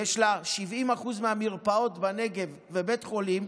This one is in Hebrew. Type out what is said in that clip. יש לה 70% מהמרפאות בנגב ובית חולים,